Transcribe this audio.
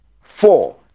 four